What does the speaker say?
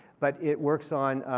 but it works on